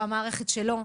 זו המערכת שלו,